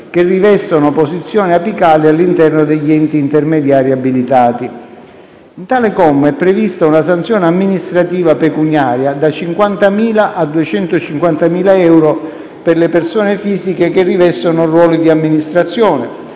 che rivestono posizioni apicali all'intero degli enti intermediari abilitati. In tale comma, è prevista una sanzione amministrativa pecuniaria da 50.000 a 250.000 euro per le persone fisiche che rivestono ruoli di amministrazione